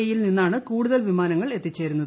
E യിൽ നിന്നാണ് കൂടുതൽ വിമാനങ്ങൾ എത്തിച്ചേരുന്നത്